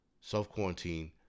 self-quarantine